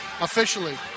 Officially